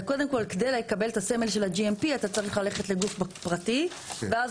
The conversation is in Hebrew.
כדי לקבל את הסמל של ה-GMP אתה צריך ללכת לגוף פרטי ואז